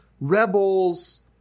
rebels